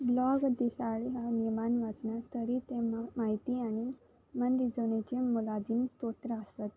blog दिसाळे हांव नेमान वाचना तरी तें म्हायती आनी मनरिजवणेचें मोलादीन स्तोत्रां आसत